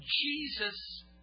Jesus